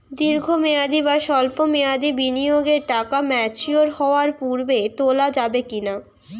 দীর্ঘ মেয়াদি বা সল্প মেয়াদি বিনিয়োগের টাকা ম্যাচিওর হওয়ার পূর্বে তোলা যাবে কি না?